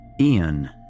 Ian